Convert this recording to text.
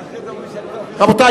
רבותי,